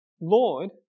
Lord